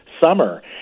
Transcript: summer